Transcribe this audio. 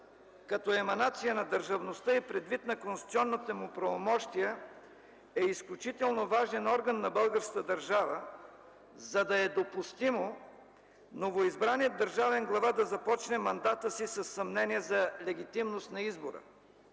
като еманация на държавността и предвид на конституционните му правомощия е изключително важен орган на българската държава, за да е допустимо новоизбраният държавен глава да започне мандата си със съмнения за легитимност на избора.